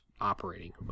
operating